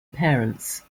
parents